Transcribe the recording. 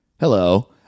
Hello